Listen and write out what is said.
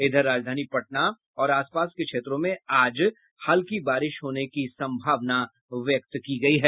इधर राजधानी पटना और आस पास के क्षेत्रों में आज हल्की बारिश होने की सम्भावना व्यक्त की गयी है